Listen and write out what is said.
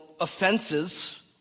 offenses